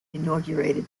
inaugurated